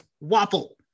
waffle